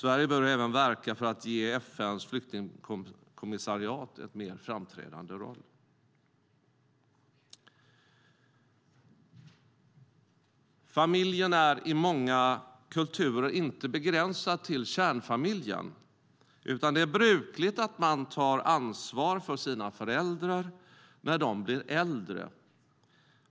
Sverige bör även verka för att ge FN:s flyktingkommissariat en mer framträdande roll. Familjen är i många kulturer inte begränsad till kärnfamiljen, utan det är brukligt att man tar ansvar för sina föräldrar när de blir äldre.